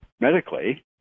medically